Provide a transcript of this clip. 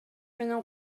менен